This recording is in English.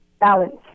balance